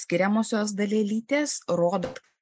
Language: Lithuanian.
skiriamosios dalelytės rodo